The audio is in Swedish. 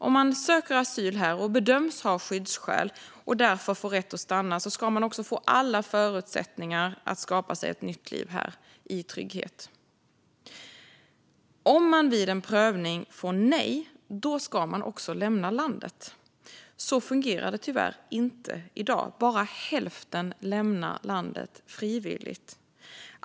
Om man söker asyl här och bedöms ha skyddsskäl, och därför får rätt att stanna, ska man få alla förutsättningar att skapa sig ett nytt liv här i trygghet. Men om man vid en prövning får nej ska man lämna landet. Så fungerar det tyvärr inte i dag. Bara hälften lämnar landet frivilligt.